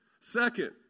Second